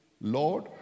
Lord